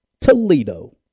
Toledo